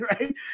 Right